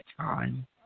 time